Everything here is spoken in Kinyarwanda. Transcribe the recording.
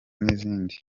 n’izindi